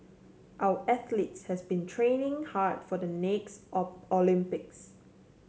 our athletes has been training hard for the next O Olympics